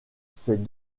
ces